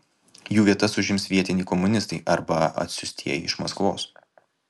jų vietas užims vietiniai komunistai arba atsiųstieji iš maskvos